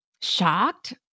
shocked